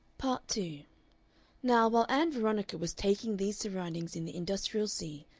part two now, while ann veronica was taking these soundings in the industrial sea,